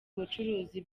ubucuruzi